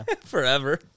forever